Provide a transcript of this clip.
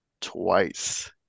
Twice